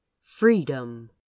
freedom